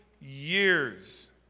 years